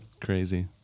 crazy